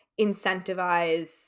incentivize